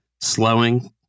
slowing